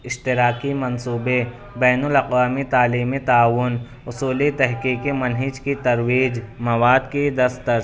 اشتراکی منصوبے بین الاقوامی تعلیمی تعاون اصولی تحقیقی منہج کی ترویج مواد کی دسترس